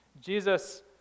Jesus